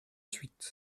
huit